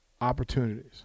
opportunities